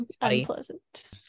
unpleasant